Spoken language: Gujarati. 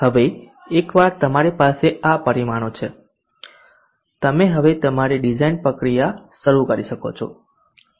હવે એકવાર તમારી પાસે આ પરિમાણો છે તમે હવે તમારી ડિઝાઇન પ્રક્રિયા શરૂ કરી શકો છો